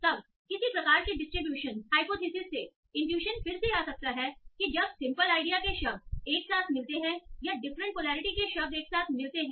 तब किसी प्रकार की डिस्ट्रीब्यूशन हाइपोथेसिस से इनट्यूशन फिर से आ सकता है कि जब सिंपल आइडिया के शब्द एक साथ मिलते हैं या डिफरेंट पोलैरिटी के शब्द एक साथ कैसे मिलते हैं